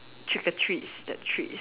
trick or treats that treats